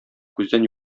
күздән